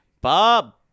Bob